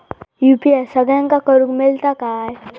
UPI सगळ्यांना करुक मेलता काय?